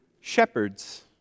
shepherds